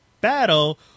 battle